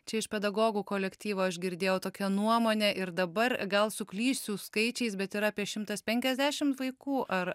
čia iš pedagogų kolektyvo aš girdėjau tokią nuomonę ir dabar gal suklysiu skaičiais bet yra apie šimtas penkiasdešim vaikų ar